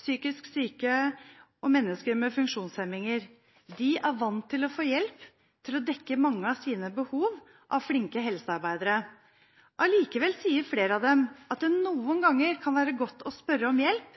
psykisk syke og mennesker med funksjonshemninger. De er vant til å få hjelp av flinke helsearbeidere til å dekke mange av sine behov. Allikevel sier flere av dem at det noen ganger kan være godt å spørre om hjelp